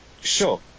Sure